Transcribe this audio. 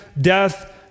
death